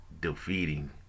defeating